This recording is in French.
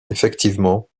effectivement